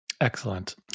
Excellent